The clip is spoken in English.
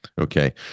Okay